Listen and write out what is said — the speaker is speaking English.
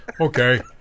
Okay